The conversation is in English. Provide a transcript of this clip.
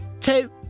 two